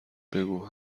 بگو